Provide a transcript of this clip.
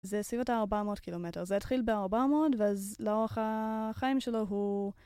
זה סביבות ה-400 קילומטר. זה התחיל ב-400 ואז לאורך החיים שלו הוא...